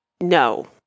No